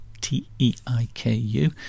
T-E-I-K-U